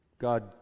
God